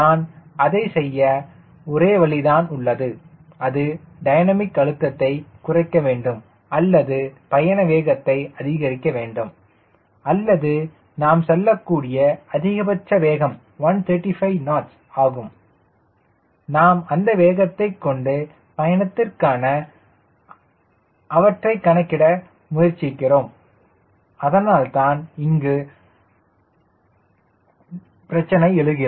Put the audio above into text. நான் அதை செய்ய ஒரே வழி தான் உள்ளது அது டைனமிக் அழுத்தத்தை குறைக்க வேண்டும் அல்லது பயண வேகத்தை அதிகரிக்க வேண்டும் அல்லது நாம் செல்லக் கூடிய அதிகபட்ச வேகம் 135 knots ஆகும் நாம் அந்த வேகத்தைக் கொண்டு பயணத்திற்கான அவற்றை கணக்கிட முயற்சிக்கிறோம் அதனால்தான் இங்கு பிரச்சனை எழுகிறது